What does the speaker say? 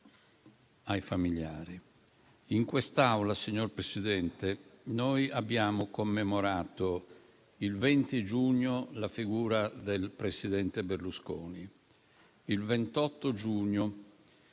ai familiari. In quest'Aula, signor Presidente, noi abbiamo commemorato il 20 giugno la figura del presidente Berlusconi; il 28 giugno